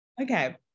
Okay